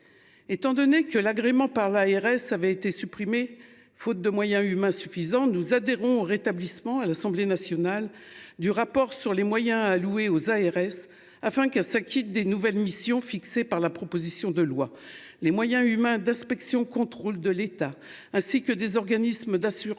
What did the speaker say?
Étant donné que l'agrément par l'ARS avait été supprimé, faute de moyens humains suffisants, nous adhérons rétablissement à l'Assemblée nationale du rapport sur les moyens alloués aux ARS afin qu'elle s'inquiète des nouvelles missions fixées par la proposition de loi. Les moyens humains d'inspection, contrôle de l'État ainsi que des organismes d'assurance